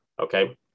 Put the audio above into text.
okay